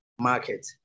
market